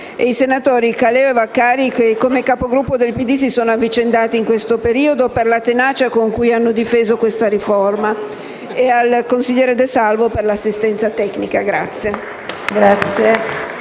i senatori Caleo e Vaccari che, come Capigruppo del PD, si sono avvicendati in questo periodo, per la tenacia con cui hanno difeso questa riforma, e al consigliere De Salvo per l'assistenza tecnica.